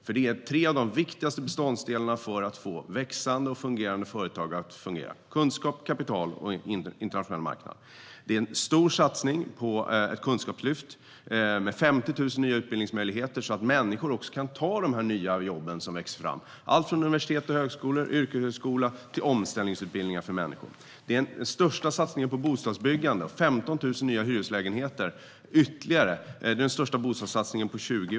Det är tre av de viktigaste beståndsdelarna när det gäller att få växande och fungerande företag. Det är en stor satsning på ett kunskapslyft med 50 000 nya utbildningsmöjligheter, så att människor också kan ta de nya jobb som växer fram, alltifrån universitet och högskolor till yrkeshögskola och omställningsutbildningar. Vi gör den största satsningen på bostadsbyggande på 20 år med ytterligare 15 000 nya hyreslägenheter.